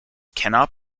cannot